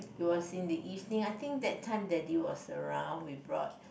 it was in the evening I think that time daddy was around we brought